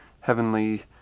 heavenly